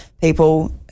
people